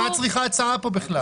מה את צריכה הצעת חוק בכלל?